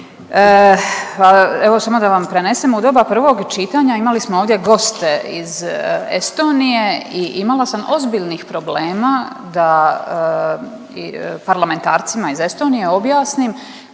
Evo samo da vam prenesem u doba prvog čitanja imali smo ovdje goste iz Estonije i imala sam ozbiljnih problema da parlamentarcima iz Estonije objasnim